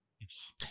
Yes